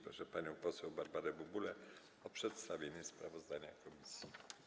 Proszę panią poseł Barbarę Bubulę o przedstawienie sprawozdania komisji.